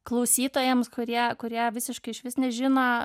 klausytojams kurie kurie visiškai išvis nežino